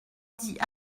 dit